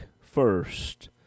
first